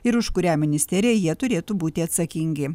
ir už kurią ministeriją jie turėtų būti atsakingi